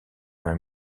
mains